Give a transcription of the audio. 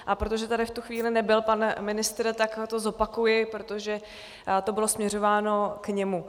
A protože tady v tu chvíli nebyl pan ministr, tak to zopakuji, protože to bylo směřováno k němu.